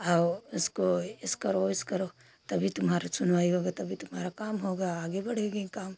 और इसको ऐसे करो ऐसे करो तभी तुम्हारी सुनवाई होगी तभी तुम्हारा काम होगा आगे बढ़ेगा काम